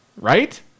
Right